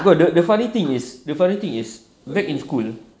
bro the the funny thing is the funny thing is back in school